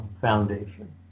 foundation